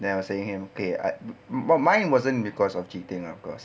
then I was saying him eh I but mine wasn't cause of cheating ah of course